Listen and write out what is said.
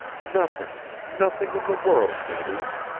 nothing nothing in the world, meleese,